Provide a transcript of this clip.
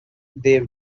they